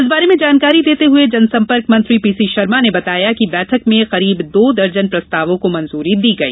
इस बारे में जानकारी देते हुए जनसंपर्क मंत्री पी सी शर्मा ने बताया कि बैठक में करीब दो दर्जन प्रस्तावों को मंजूरी दे दी गई